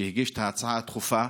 שהגיש את ההצעה הדחופה,